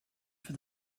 for